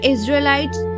Israelites